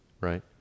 right